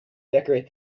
decorate